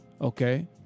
Okay